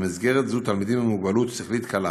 במסגרת זאת תלמידים עם מוגבלות שכלית קלה